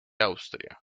austria